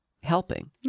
helping